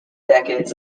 decades